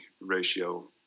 ratio